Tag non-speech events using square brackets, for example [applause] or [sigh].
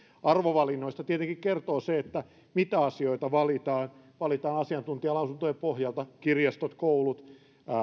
arvovalinnoista tietenkin kertoo se [unintelligible] mitä asioita valitaan valitaan asiantuntijalausuntojen pohjalta kirjastot koulut